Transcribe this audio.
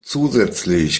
zusätzlich